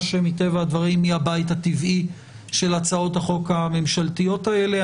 אשר מטבע הדברים היא הבית הטבעי של הצעות החוק הממשלתיות האלה.